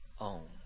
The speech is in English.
own